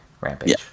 Rampage